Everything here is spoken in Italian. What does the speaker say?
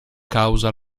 causa